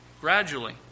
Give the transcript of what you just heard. Gradually